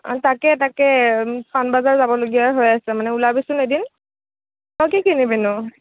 তাকে তাকে পাণবজাৰ যাবলগীয়াই হৈ আছে ওলাবিচোন এদিন তই কি কিনিবিনো